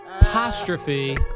apostrophe